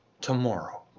tomorrow